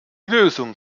lösung